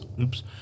oops